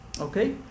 Okay